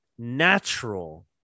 natural